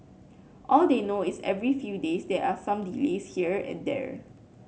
all they know is every few days there are some delays here and there